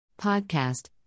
Podcast